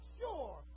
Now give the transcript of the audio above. sure